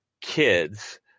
kids